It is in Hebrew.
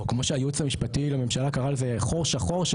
או כמו שהיועץ המשפטי לממשלה קרא לזה חור שחור,